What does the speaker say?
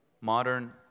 modern